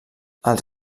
els